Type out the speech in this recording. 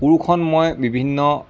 কোৰখন মই বিভিন্ন